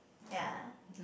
ya